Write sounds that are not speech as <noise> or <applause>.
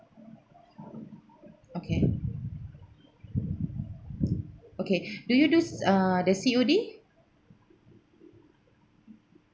okay okay <breath> do you do err the C_O_D